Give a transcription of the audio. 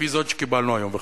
כמו זאת שקיבלנו היום, וחבל.